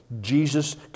Jesus